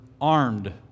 armed